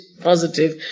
positive